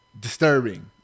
disturbing